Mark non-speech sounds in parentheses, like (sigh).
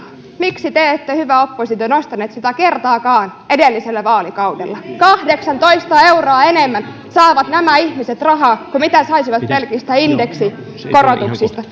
miksi te ette hyvä oppositio nostaneet sitä kertaakaan edellisellä vaalikaudella kahdeksantoista euroa enemmän saavat nämä ihmiset rahaa kuin mitä saisivat pelkistä indeksikorotuksista (unintelligible)